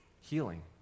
healing